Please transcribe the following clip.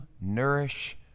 nourish